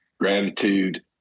Gratitude